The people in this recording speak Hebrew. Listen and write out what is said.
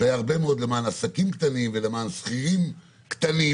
שהיה הרבה מאוד למען עסקים קטנים ולמען שכירים קטנים,